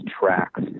tracks